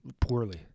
poorly